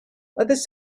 others